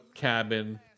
cabin